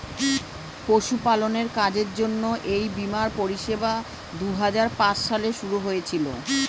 পশুপালনের কাজের জন্য এই বীমার পরিষেবা দুহাজার পাঁচ সালে শুরু হয়েছিল